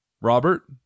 Robert